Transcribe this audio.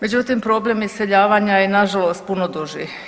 Međutim, problem iseljavanja je nažalost puno duži.